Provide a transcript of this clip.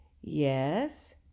Yes